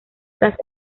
tras